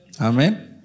Amen